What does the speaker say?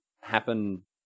happen